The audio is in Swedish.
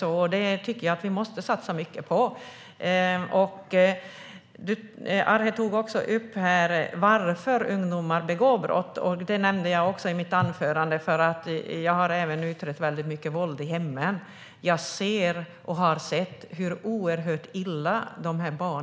Jag tycker att vi måste satsa mycket på det. Arhe Hamednaca tog också upp varför ungdomar begår brott. Det nämnde jag också i mitt anförande. Jag har utrett mycket våld i hemmen. Jag ser och har sett hur oerhört illa dessa barn far.